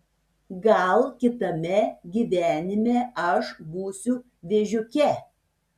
gal kitame gyvenime aš būsiu vėžiuke